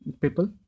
people